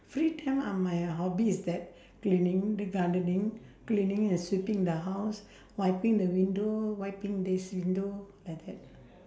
free time are my hobby is that cleaning gardening cleaning and sweeping the house wiping the window wiping this window like that